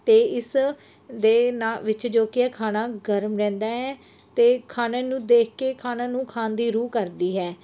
ਅਤੇ ਇਸ ਦੇ ਨਾ ਵਿੱਚ ਜੋ ਕਿ ਹੈ ਖਾਣਾ ਗਰਮ ਰਹਿੰਦਾ ਹੈ ਅਤੇ ਖਾਣੇ ਨੂੰ ਦੇਖ ਕੇ ਖਾਣਾ ਨੂੰ ਖਾਣ ਦੀ ਰੂਹ ਕਰਦੀ ਹੈ